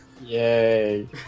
Yay